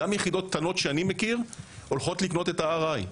גם יחידות קטנות שאני מכיר הולכות לקנות את ה-RI.